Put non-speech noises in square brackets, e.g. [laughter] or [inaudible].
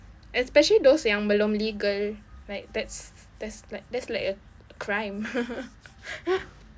especially those yang belum legal like that's that's like that's like a crime [laughs]